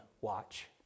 watch